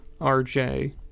rj